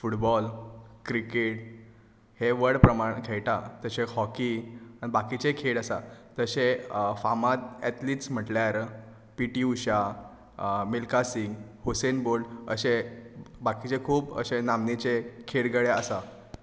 football cricket हे व्हड प्रमाणांत खेळटा तशे हॉकी बाकीचेय खेळ आसा तशे फामाद एथलेटिक्स म्हणल्यार P T Usha Milkha Singh Usain Bolt अशे बाकीचे खूब अशे नामनेचे खेळगडे आसा